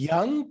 Young